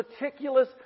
meticulous